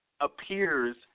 appears